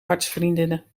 hartsvriendinnen